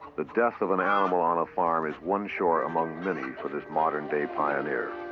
the death of an animal on a farm is one chore among many for this modern-day pioneer.